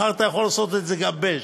מחר אתה יכול לעשות את זה גם בז'.